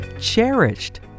cherished